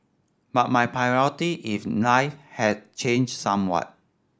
but my priority in life have changed somewhat